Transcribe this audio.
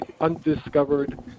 undiscovered